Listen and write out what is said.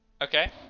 Okay